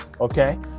okay